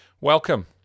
welcome